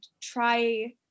try